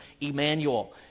Emmanuel